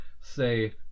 say